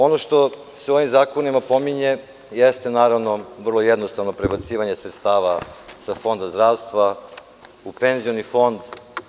Ono što se u ovim zakonima pominje jeste vrlo jednostavno prebacivanje sredstava sa Fonda zdravstva u Penzioni fond.